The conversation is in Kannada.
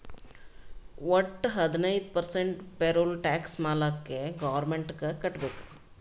ವಟ್ಟ ಹದಿನೈದು ಪರ್ಸೆಂಟ್ ಪೇರೋಲ್ ಟ್ಯಾಕ್ಸ್ ಮಾಲ್ಲಾಕೆ ಗೌರ್ಮೆಂಟ್ಗ್ ಕಟ್ಬೇಕ್